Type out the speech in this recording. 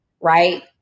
Right